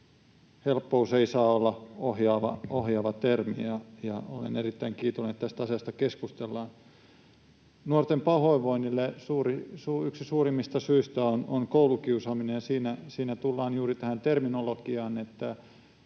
Helppous ei saa olla ohjaava termi, ja olen erittäin kiitollinen, että tästä asiasta keskustellaan. Nuorten pahoinvointiin yksi suurimmista syistä on koulukiusaaminen, ja siinä tullaan juuri tähän terminologiaan.